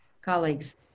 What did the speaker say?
colleagues